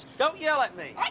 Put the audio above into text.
don't yell at me!